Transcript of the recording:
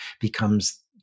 becomes